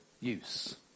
use